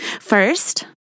First